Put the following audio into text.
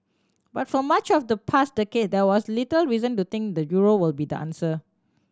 but for much of the past decade there was little reason to think the euro would be the answer